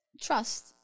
trust